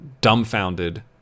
dumbfounded